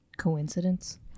coincidence